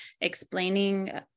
explaining